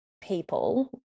people